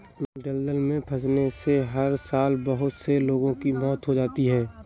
दलदल में फंसने से हर साल बहुत से लोगों की मौत हो जाती है